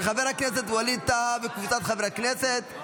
של חבר הכנסת ווליד טאהא וקבוצת חברי הכנסת.